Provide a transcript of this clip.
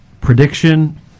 prediction